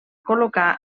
col·locar